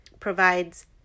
provides